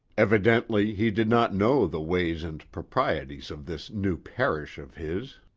evidently he did not know the ways and proprieties of this new parish of his.